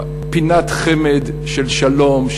פינת חמד של שלום,